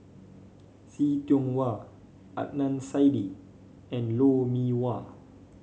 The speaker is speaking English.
See Tiong Wah Adnan Saidi and Lou Mee Wah